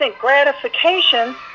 gratification